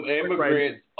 immigrants